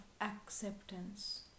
acceptance